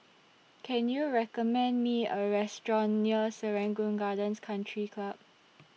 Can YOU recommend Me A Restaurant near Serangoon Gardens Country Club